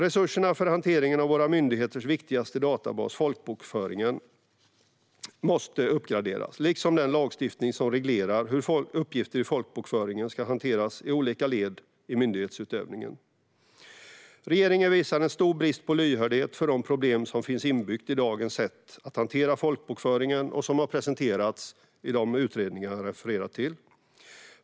Resurserna för hanteringen av våra myndigheters viktigaste databas, folkbokföringen, måste uppgraderas, liksom den lagstiftning som reglerar hur uppgifter i folkbokföringen ska hanteras i olika led i myndighetsutövningen. Regeringen visar en stor brist på lyhördhet för de problem som finns inbyggda i dagens sätt att hantera folkbokföringen och som har presenterats i de utredningar som jag har refererat till.